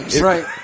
right